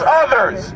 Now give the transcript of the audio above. others